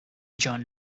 john